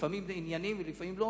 לפעמים ענייניים ולפעמים לא.